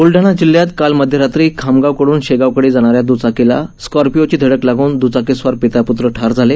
ब्लडाणा जिल्ह्यात काल मध्यरात्री खामगावकड्रन शेगावकडे जाणाऱ्या द्चाकीला स्कार्पियोची धडक लागून दुचाकीस्वार पिता पुत्र ठार झाले